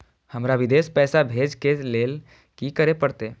हमरा विदेश पैसा भेज के लेल की करे परते?